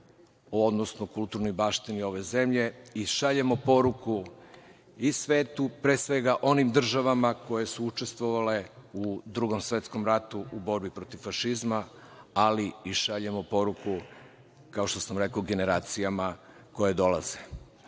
odnosno kulturnoj baštini ove zemlje i šaljemo poruku i svetu, pre svega, onim državama koje su učestvovale u Drugom svetskom ratu u borbi protiv fašizma, ali i šaljemo poruku, kao što sam rekao generacijama koje dolaze.U